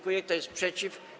Kto jest przeciw?